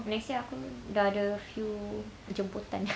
next year aku dah ada few jemputan